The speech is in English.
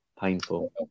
Painful